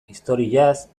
historiaz